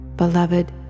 beloved